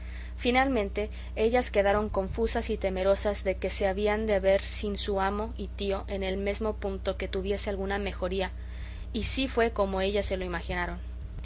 finalmente ellas quedaron confusas y temerosas de que se habían de ver sin su amo y tío en el mesmo punto que tuviese alguna mejoría y sí fue como ellas se lo imaginaron